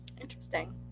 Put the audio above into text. Interesting